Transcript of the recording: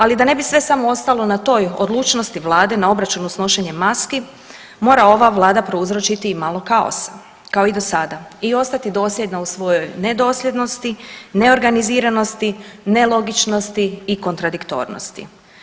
Ali da ne bi sve samo ostalo na toj odlučnosti vlade na obračunu s nošenjem maski mora ova vlada prouzročiti i malo kaosa kao i do sada i ostati dosljedna u svojoj nedosljednosti, neorganiziranosti, nelogičnosti i kontradiktornosti.